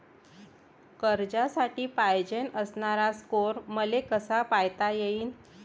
कर्जासाठी पायजेन असणारा स्कोर मले कसा पायता येईन?